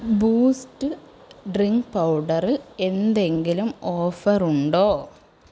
boost drink പൗഡറിൽ എന്തെങ്കിലും offer ഉണ്ടോ